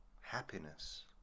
happiness